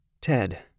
Ted